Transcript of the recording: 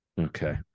okay